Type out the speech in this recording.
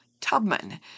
Tubman